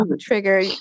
trigger